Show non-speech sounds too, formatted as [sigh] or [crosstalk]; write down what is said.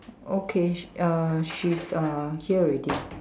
okay uh she's uh here already [noise]